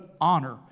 honor